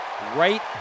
right